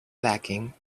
lacking